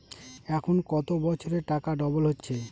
এখন কত বছরে টাকা ডবল হচ্ছে?